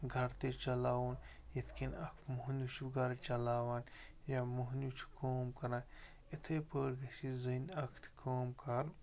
گرٕ تہِ چلاوُن یِتھ کٔنۍ اکھ موٚہنیوٗ چھُ گرٕ چلاوان یا موٚہنیوٗ چھُ کٲم کَران یِتھَے پٲٹھۍ گَژھِ یہِ زٔنۍ اکھ تہِ کٲم کار